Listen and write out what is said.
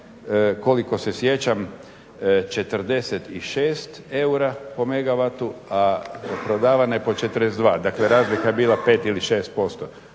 koliko se sjećam 46 eura po megawatu, a prodavana je po 42. Dakle, razlika je bila 5 ili 6%